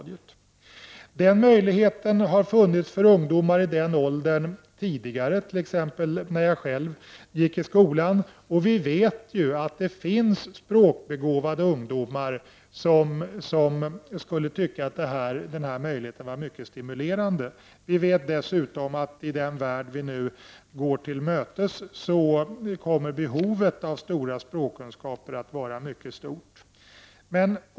Den möjligheten har funnits för ungdomar i den åldern tidigare, t.ex. när jag själv gick i skolan. Vi vet att det finns språkbegåvade ungdomar som skulle tycka att den här möjligheten var mycket stimulerande. Vi vet dessutom att behovet av språkkunskaper kommer att vara mycket stort i den värld vi nu går till mötes.